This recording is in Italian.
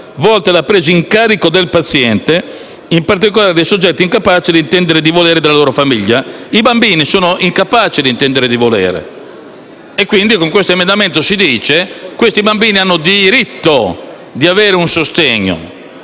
volte alla presa in carico del paziente, in particolare dei soggetti incapaci di intendere e di volere e della loro famiglia. I bambini sono incapaci d'intendere e volere. Quindi, con questo emendamento si dice che questi bambini hanno diritto di avere un sostegno.